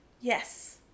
Yes